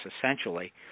essentially